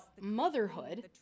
motherhood